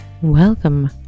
Welcome